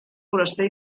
foraster